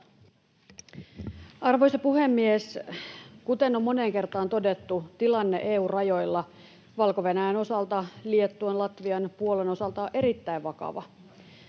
Arvoisa puhemies! Kuten on moneen kertaan todettu, tilanne EU-rajoilla Valko-Venäjän osalta, Liettuan, Latvian ja Puolan osalta on erittäin vakava.